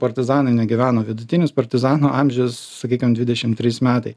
partizanai negyveno vidutinis partizanų amžius sakykim dvidešim trys metai